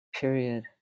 period